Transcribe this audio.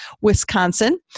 Wisconsin